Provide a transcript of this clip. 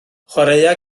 chwaraea